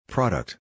Product